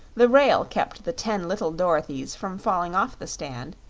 the rail kept the ten little dorothys from falling off the stand,